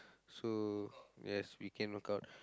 so yes we can work out